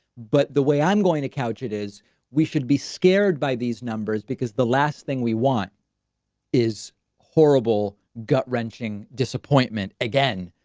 but the way i'm going to couch it is we should be scared by these numbers because the last thing we want is horrible, gut wrenching disappointment. again,